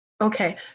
Okay